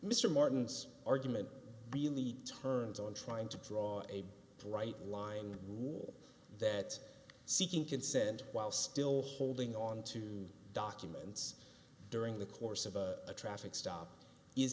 mr martin's argument really turns on trying to draw a bright line rule that seeking consent while still holding on to documents during the course of a traffic stop is